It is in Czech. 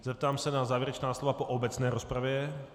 Zeptám se na závěrečná slova po obecné rozpravě.